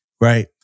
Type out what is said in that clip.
Right